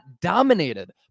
dominated